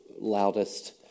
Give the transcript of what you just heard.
Loudest